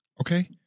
okay